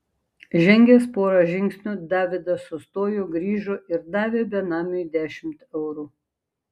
žengęs porą žingsnių davidas sustojo grįžo ir davė benamiui dešimt eurų